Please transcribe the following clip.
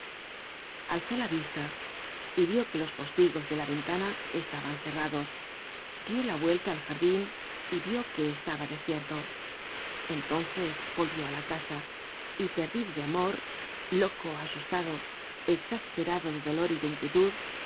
alzó la vista y vió que los postigos de la ventana estaban cerrados dió la vuelta al jardin y vió que estaba desierto entonces volvió á la casa y perdido de amor loco asustado exasperado de dolor y de inquietud